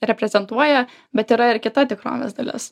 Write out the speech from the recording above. reprezentuoja bet yra ir kita tikrovės dalis